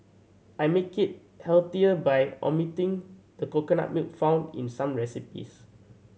I make it healthier by omitting the coconut milk found in some recipes